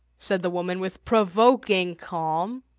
said the woman with provoking calm.